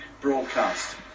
broadcast